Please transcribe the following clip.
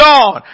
God